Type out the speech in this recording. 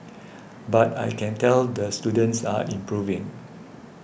but I can tell the students are improving